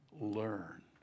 learn